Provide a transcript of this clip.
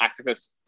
activists